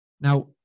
Now